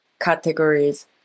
categories